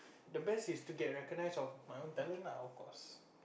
the best is to get recognised of my own talent lah of course